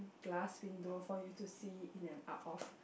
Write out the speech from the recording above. glass window for you to see in and out of